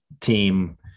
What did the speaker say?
team